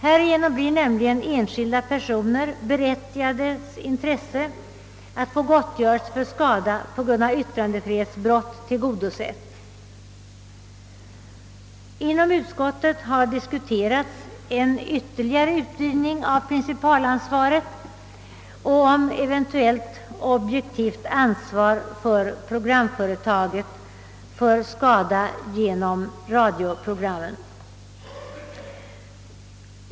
Härigenom blir nämligen enskilda personers berättigade intresse att få gottgörelse för skada på grund av yttrandefrihetsbrott tillgodosett. Inom utskottet har diskuterats en ytterligare utvidgning av principalansvaret och eventuellt objektivt ansvar för programföretaget för skada till följd av radioprogram.